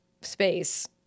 space